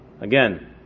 Again